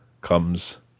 comes